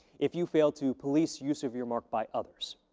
if you fail to police use of your mark by others.